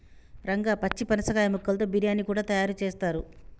రంగా పచ్చి పనసకాయ ముక్కలతో బిర్యానీ కూడా తయారు చేస్తారు